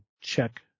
check